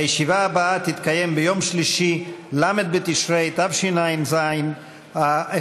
הישיבה הבאה תתקיים ביום שלישי, ל' בתשרי התשע"ז,